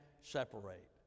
separate